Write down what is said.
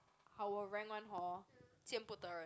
our rank one hor 见不得人